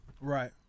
Right